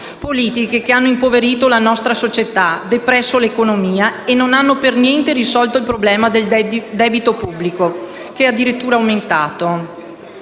politiche che hanno impoverito la nostra società, depresso l'economia e non hanno affatto risolto il problema del debito pubblico, che è addirittura aumentato.